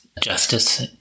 justice